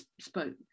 spoke